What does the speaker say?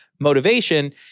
motivation